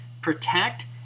protect